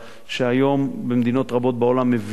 שהיום מדינות רבות בעולם מבינות